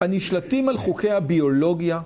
הנשלטים על חוקי הביולוגיה